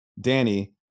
danny